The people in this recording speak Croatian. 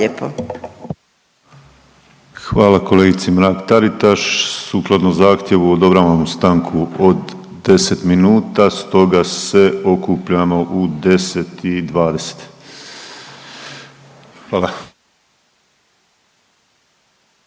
Hvala kolegici Mrak-Taritaš. Sukladno zahtjevu odobravamo stanku od 10 minuta, stoga se okupljamo u 10 i 20, hvala.